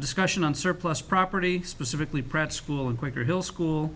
discussion on surplus property specifically prep school and quicker hill school